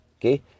okay